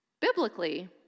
Biblically